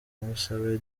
musabe